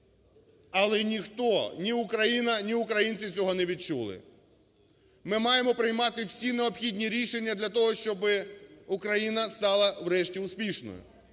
але ніхто, ні Україна, ні українці цього не відчули. Ми маємо приймати всі необхідні рішення для того, щоби Україна стала врешті успішною.